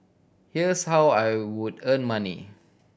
here's how I would earn money